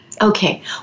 Okay